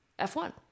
F1